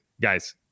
guys